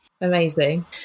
Amazing